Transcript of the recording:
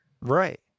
Right